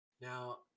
now